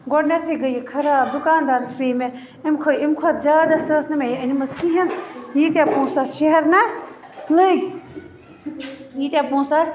گۄڈٕنٮ۪تھٕے گٔے یہِ خراب دُکاندارس پاے مےٚ اَمہِ امہِ کھۄتہٕ زیادس ٲسۍ نہٕ مےٚ أنۍ مٕژ کِہیٖنۍ یِتاہ پونٛسہٕ شیہر نس لٔگۍ ییٖتیاہ پونٛسہٕ اَتھ